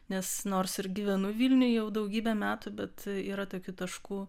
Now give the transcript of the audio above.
nes nors ir gyvenu vilniuj jau daugybę metų bet yra tokių taškų